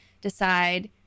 decide